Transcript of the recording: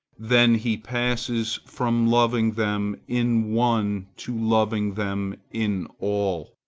then he passes from loving them in one to loving them in all,